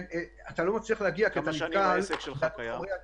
אתה לא מצליח להגיע כי אתה נקטל בעלויות חומרי הגלם.